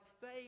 faith